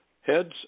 heads